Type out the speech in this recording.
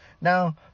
now